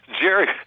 Jerry